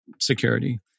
security